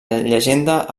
llegenda